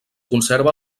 conserva